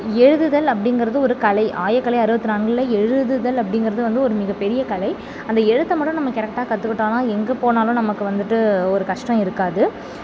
எழுதுதல் அப்படிங்கறது ஒரு கலை ஆயக்கலை அறுபத்தி நான்கில் எழுதுதல் அப்படிங்கறது வந்து ஒரு மிகப்பெரிய கலை அந்த எழுத்தை மட்டும் நம்ம கரெக்டாக கற்றுக்கிட்டோனா எங்கே போனாலும் நமக்கு வந்துட்டு ஒரு கஷ்டம் இருக்காது